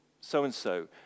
so-and-so